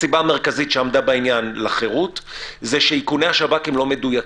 הסיבה המרכזית שעמדה בעניין לחירות היא שאיכוני השב"כ אינם מדויקים.